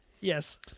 Yes